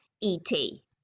E-T